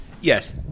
Yes